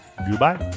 Goodbye